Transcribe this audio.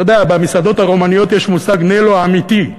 אתה יודע, במסעדות הרומניות יש מושג "נלו האמיתי",